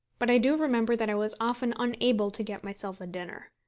but i do remember that i was often unable to get myself a dinner.